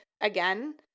again